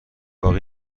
باقی